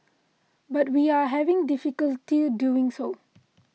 but we are having difficulty doing so